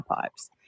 pipes